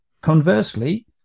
conversely